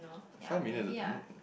five million is a uh